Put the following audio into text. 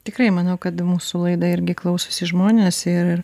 tikrai manau kad mūsų laida irgi klausosi žmonės ir